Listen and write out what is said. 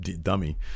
dummy